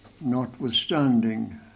notwithstanding